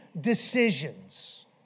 decisions